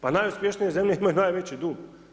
Pa najuspješnije zemlje imaju najveći dug.